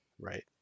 right